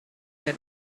had